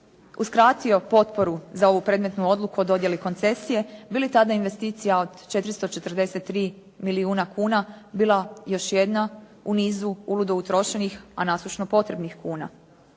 uskratio potporu za ovu predmetnu odluku o dodjeli koncesije? Bi li tada investicija od 443 milijuna kuna bila još jedna u nizu uludo utrošenih, a …/Govornica